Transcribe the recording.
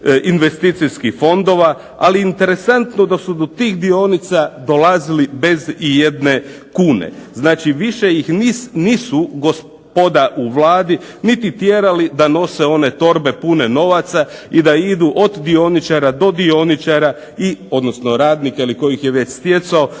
investicijskih fondova. Ali interesantno da su do tih dionica dolazili bez i jedne kune. Znači, više ih nisu gospoda u Vladi niti tjerali da nose one torbe pune novaca i da idu od dioničara do dioničara, odnosno radnika ili tko ih je već stjecao